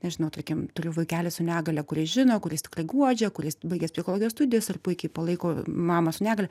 nežinau tarkim turiu vaikelį su negalia kurie žino kur jis tikrai guodžia kuris baigęs psichologijos studijas ir puikiai palaiko mamą su negalia